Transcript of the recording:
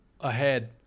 ahead